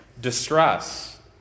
distress